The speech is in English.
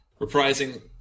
Reprising